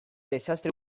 desastre